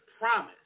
promise